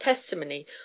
testimony